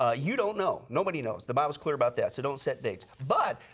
ah you don't know. nobody knows. the bible is clear about that so don't set dates. but,